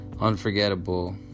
unforgettable